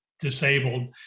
disabled